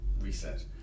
Reset